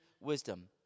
wisdom